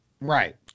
Right